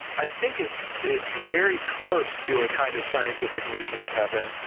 i think it's it's very close to a kind of scientific vision of heaven.